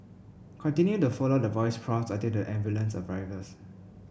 continue to follow the voice prompts until the ambulance arrives